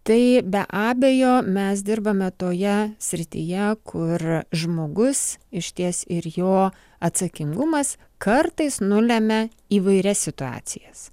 tai be abejo mes dirbame toje srityje kur žmogus išties ir jo atsakingumas kartais nulemia įvairias situacijas